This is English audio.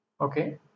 Okay